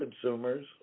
consumers